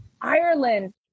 Ireland